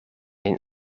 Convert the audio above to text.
een